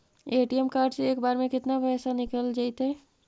ATM card से एक बार में केतना पैसा निकल जइतै?